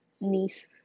niece